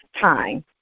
time